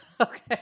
Okay